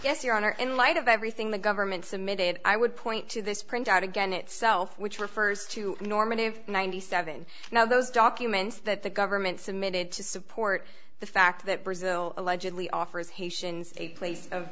yes your honor in light of everything the government submitted i would point to this printout again itself which refers to normative ninety seven now those documents that the government submitted to support the fact that brazil allegedly offers haitians a place of